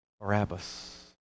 Barabbas